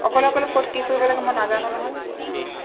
অকলে অকলে ক'ত কি কৰিব লাগে মই নাজানো নহয় অঁ